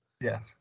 Yes